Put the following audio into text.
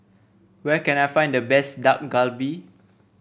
where can I find the best Dak Galbi